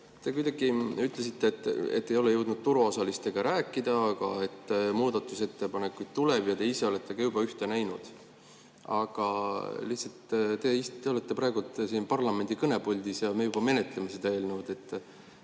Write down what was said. Te ütlesite, et ei ole jõudnud turuosalistega rääkida, aga muudatusettepanekuid tuleb ja te ise olete ka juba ühte näinud. Lihtsalt, te olete praegu siin parlamendi kõnepuldis ja me juba menetleme seda